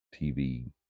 TV